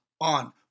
on